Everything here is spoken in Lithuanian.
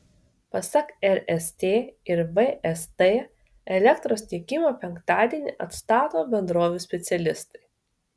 pasak rst ir vst elektros tiekimą penktadienį atstato bendrovių specialistai